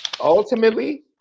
ultimately